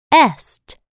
est